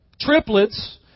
triplets